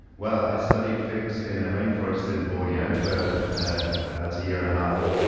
well, i studied figs in a rain forest in borneo for about a year-and-a-half.